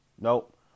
Nope